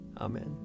Amen